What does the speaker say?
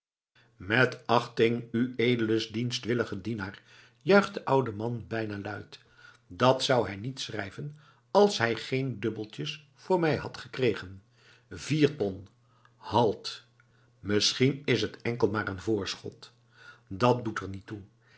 met achting uedeles dienstwillige dienaar juicht de oude man bijna luid dat zou hij niet schrijven als hij geen dubbeltjes voor mij had gekregen vier ton halt misschien is het enkel maar een voorschot dat doet er niet toe